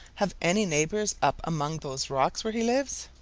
have any neighbors up among those rocks where he lives?